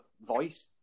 voice